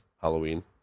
Halloween